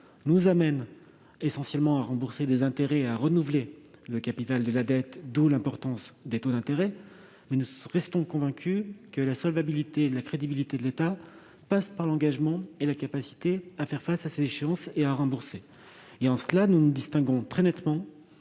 nous amène essentiellement à rembourser des intérêts et à renouveler le capital de la dette, d'où l'importance des taux d'intérêt, mais nous restons convaincus que la solvabilité et la crédibilité de l'État passent par son engagement et sa capacité à faire face à ses échéances et à rembourser. En cela, nous nous distinguons très nettement